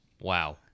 Wow